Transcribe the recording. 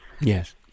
Yes